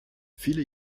viele